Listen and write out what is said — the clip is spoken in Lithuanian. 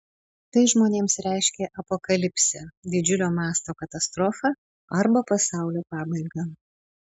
tai žmonėms reiškia apokalipsę didžiulio mąsto katastrofą arba pasaulio pabaigą